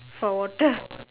for water